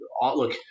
look –